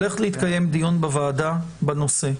הולך להתקיים דיון בוועדה בנושא.